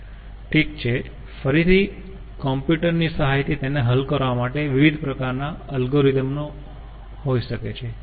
ઠીક છે ફરીથી કમ્પ્યુટર ની સહાયથી તેને હલ કરવા માટે વિવિધ પ્રકારનાં અલ્ગોરિધમનો હોઈ શકે છે